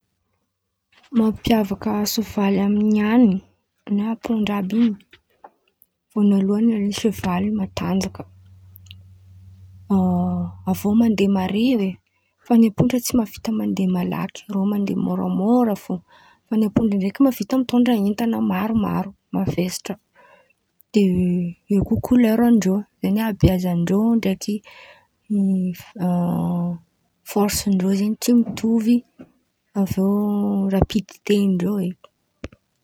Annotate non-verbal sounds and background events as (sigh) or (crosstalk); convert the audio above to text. Mampiavaky sôvaly amy an̈y na ampôndra àby in̈y, vônaloan̈y alôha sevaly matanjaka, (hesitation) avy eo mandeha mare oe fa ny apôndra tsy mavita mandeha malaky irô mandeha môramôra fo, fa ny apôndra mahavita mitôndra entan̈a maromaro mavesatra, de eo ko kolerandreo, eo habeazandreo ndraiky hi- (hesitation) fôrsandreo zen̈y tsy mitovy, avy eo rapidite andreo e!